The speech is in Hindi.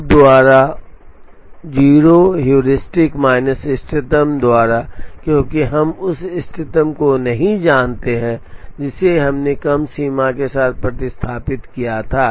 O द्वारा O हेयुरिस्टिक माइनस इष्टतम द्वारा क्योंकि हम उस इष्टतम को नहीं जानते हैं जिसे हमने कम सीमा के साथ प्रतिस्थापित किया है